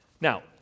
Now